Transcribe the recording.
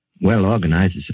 well-organized